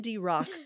rock